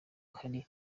hari